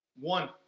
One